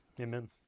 Amen